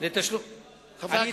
התשס"ט 2009,